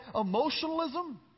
emotionalism